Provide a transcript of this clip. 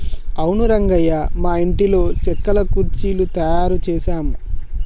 అవును రంగయ్య మా ఇంటిలో సెక్కల కుర్చీలు తయారు చేసాము